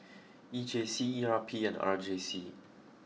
E J C E R P and R J C